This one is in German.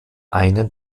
einen